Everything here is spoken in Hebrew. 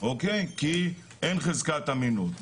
כי אין חזקת אמינות.